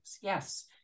yes